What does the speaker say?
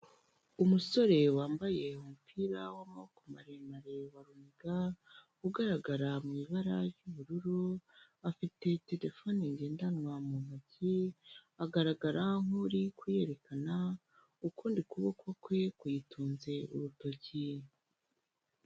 Umusore wambaye umupira w'amaboko maremare wa runiga, ugaragara mu ibara ry'ubururu afite terefone ngendanwa mu ntoki agaragara nk'uri kuyerekana, ukundi kuboko kwe kuyitunze urutoki.